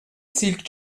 silk